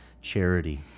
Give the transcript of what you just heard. charity